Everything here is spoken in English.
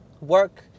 work